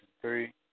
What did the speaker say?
three